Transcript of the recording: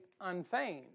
unfeigned